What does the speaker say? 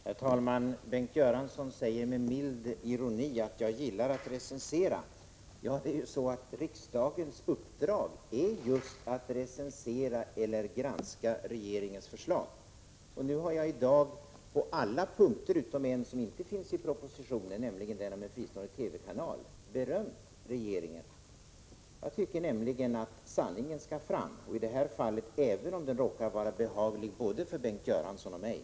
Herr talman! Bengt Göransson säger med mild ironi att jag gillar att recensera. Ja, men riksdagen har ju i uppdrag att just recensera, eller granska, regeringens förslag. I dag har jag på alla punkter utom på en som inte tas upp i propositionen — det gäller frågan om en fristående kanal — berömt regeringen. Jag tycker nämligen att sanningen skall fram — även om den, som i det här fallet, råkar vara behaglig för både Bengt Göransson och mig.